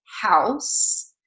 house